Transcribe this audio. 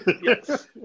Yes